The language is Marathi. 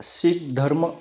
शीख धर्म